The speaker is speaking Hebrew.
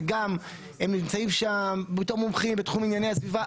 הם נמצאים שם בתור מומחים בתחומי ענייני הסביבה,